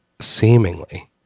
seemingly